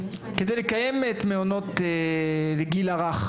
כדי לקיים את מעונות לגיל הרך,